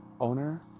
owner